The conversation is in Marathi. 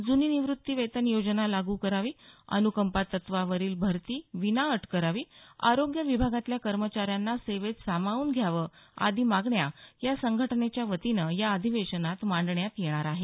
जुनी निवृत्ती वेतन योजना लागू करावी अनुकंपा तत्वावरील भरती विनाअट करावी आरोग्य विभागातल्या कर्मचाऱ्यांना सेवेत सामावून घ्यावं आदी मागण्या या संघटनेच्या वतीनं या अधिवेशनात मांडण्यात येणार आहेत